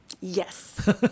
Yes